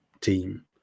team